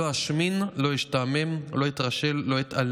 לא אשמים, לא אשתעמם, לא אתרשל, לא אתעלם,